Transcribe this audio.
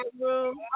room